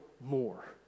more